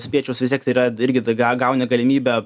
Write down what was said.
spiečius vis tiek tai yra irgi tai ga gauni galimybę